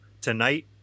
tonight